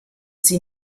sie